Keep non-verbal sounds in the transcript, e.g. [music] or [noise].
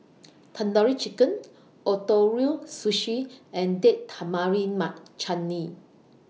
[noise] Tandoori Chicken Ootoro Sushi and Date Tamarind Chutney